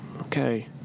Okay